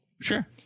Sure